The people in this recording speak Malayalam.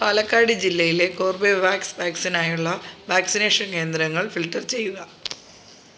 പാലക്കാട് ജില്ലയിലെ കോർബെവാക്സ് വാക്സിനായുള്ള വാക്സിനേഷൻ കേന്ദ്രങ്ങൾ ഫിൽറ്റർ ചെയ്യുക